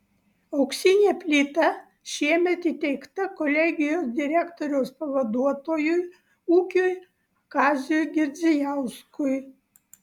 auksinė plyta šiemet įteikta kolegijos direktoriaus pavaduotojui ūkiui kaziui girdzijauskui